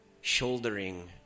shouldering